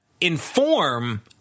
inform